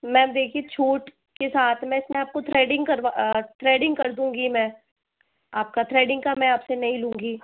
ma'am देखिए छूट के साथ मैं इसमें आपको थ्रेडिंग थ्रेडिंग कर दूंगी मैं आपका थ्रेडिंग का मैं आपसे नहीं लूँगी